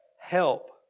Help